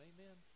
Amen